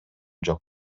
жок